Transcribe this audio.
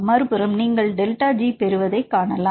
மறுபுறம் நீங்கள் delta G பெறுவதைக் காணலாம்